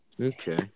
Okay